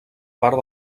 part